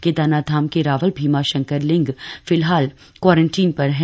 केदारनाथ धाम के रावल भीमा शंकर लिंग फिलहाल क्वारंटीन पर हैं